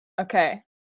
Okay